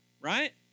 right